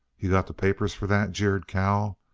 you got the papers for that? jeered cal.